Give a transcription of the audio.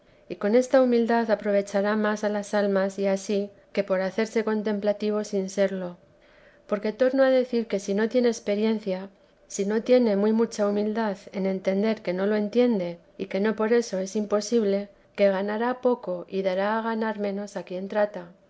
y con esta humildad aprovechará más a las almas y a si que por hacerse contemplativo sin serlo porque torno a decir que si no tiene experiencia si no tiene muy mucha humildad en entender que no lo entiende y que no por eso es imposible que ganará poco y dará a ganar menos a quien trata